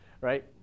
right